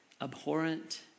Abhorrent